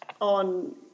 on